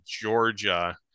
Georgia